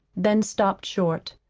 then stopped short.